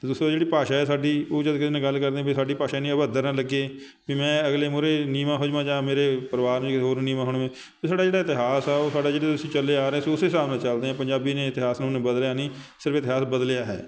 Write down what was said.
ਅਤੇ ਦੂਸਰਾ ਜਿਹੜੀ ਭਾਸ਼ਾ ਹੈ ਸਾਡੀ ਉਹ ਜਦੋਂ ਕਿਸੇ ਨਾਲ ਗੱਲ ਕਰਦੇ ਵੀ ਸਾਡੀ ਭਾਸ਼ਾ ਇੰਨੀ ਅਭੱਦਰ ਨਾ ਲੱਗੇ ਕਿ ਮੈਂ ਅਗਲੇ ਮੂਹਰੇ ਨੀਵਾਂ ਹੋ ਜਾਵਾਂ ਜਾਂ ਮੇਰੇ ਪਰਿਵਾਰ ਨੂੰ ਜਾਂ ਕਿਸੇ ਹੋਰ ਨੂੰ ਨੀਵਾਂ ਹੋਣਾ ਪਵੇ ਵੀ ਸਾਡਾ ਜਿਹੜਾ ਇਤਿਹਾਸ ਆ ਉਹ ਸਾਡਾ ਜਿਹੜਾ ਅਸੀਂ ਚੱਲੇ ਆ ਰਹੇ ਸੀ ਉਸੇ ਹਿਸਾਬ ਨਾਲ ਚੱਲਦੇ ਹਾਂ ਪੰਜਾਬੀ ਨੇ ਇਤਿਹਾਸ ਨੂੰ ਬਦਲਿਆ ਨਹੀਂ ਸਿਰਫ਼ ਇਤਿਹਾਸ ਬਦਲਿਆ ਹੈ